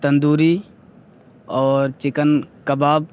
تندوری اور چکن کباب